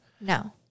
No